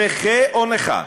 נָכֶה או נָכָה